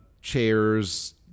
chairs